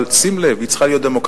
אבל שים לב, היא צריכה להיות דמוקרטית,